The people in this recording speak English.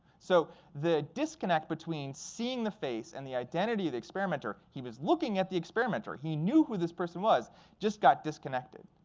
so the disconnect between seeing the face and the identity of the experimenter he was looking at the experimenter. he knew who this person was just got disconnected.